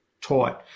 taught